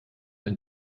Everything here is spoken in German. ein